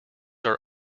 are